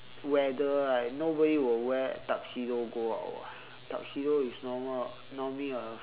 weather right nobody will wear tuxedo go out [what] tuxedo is normal normally a